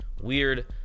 weird